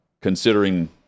considering